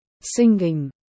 Singing